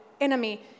enemy